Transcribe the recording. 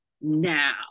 now